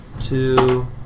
Two